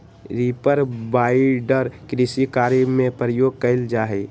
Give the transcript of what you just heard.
reaper binder कृषि कार्य में प्रयोग कइल जा हई